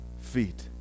feet